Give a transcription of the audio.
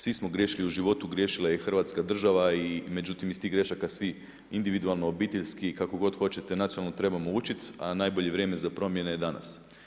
Svi smo griješili u životu, griješila je i Hrvatska država i međutim iz tih grešaka svi individualno, obiteljski, kako god hoćete, nacionalno trebamo učiti a najbolje vrijeme za promjene je danas.